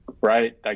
Right